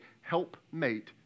helpmate